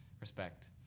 Respect